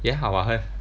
也好 ah have